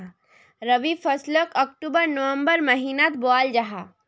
रबी फस्लोक अक्टूबर नवम्बर महिनात बोआल जाहा